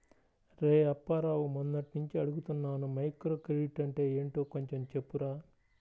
రేయ్ అప్పారావు, మొన్నట్నుంచి అడుగుతున్నాను మైక్రోక్రెడిట్ అంటే ఏంటో కొంచెం చెప్పురా